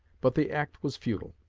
but the act was futile.